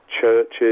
churches